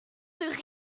combien